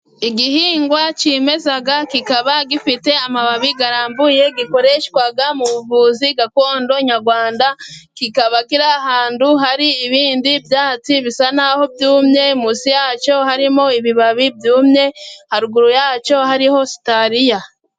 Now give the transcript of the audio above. Igihingwa kimeza, kikaba gifite amababi arambuye gikoreshwa mu buvuzi gakondo nyarwanda, kikaba kiri ahantu hari ibindi byatsi bisa n'aho byumye, munsi yacyo harimo ibibabi byumye haruguru yacyo hariho sitariya.